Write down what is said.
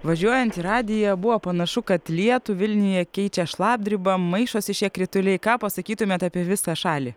važiuojant į radiją buvo panašu kad lietų vilniuje keičia šlapdriba maišosi šie krituliai ką pasakytumėt apie visą šalį